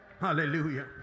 Hallelujah